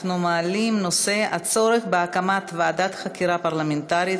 בנושא: הצורך בהקמת ועדת חקירה פרלמנטרית